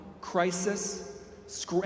crisis